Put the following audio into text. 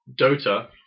Dota